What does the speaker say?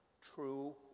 true